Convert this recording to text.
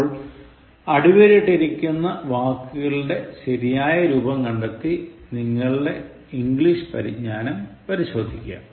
അപ്പോൾ അടിവരയിട്ടിരിക്കുന്ന വാക്കുകളുടെ ശരിയായ രൂപം കണ്ടെത്തി നിങ്ങളുടെ ഇംഗ്ലീഷ് പരിജ്ഞാനം പരിശോധിക്കുക